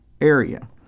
area